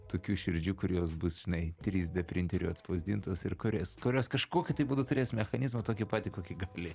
tokių širdžių kur jos bus žinai trys d printeriu atspausdintos ir kurias kurios kažkokiu būdu turės mechanizmą tokį patį kokį gali